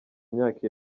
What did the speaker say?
imyaka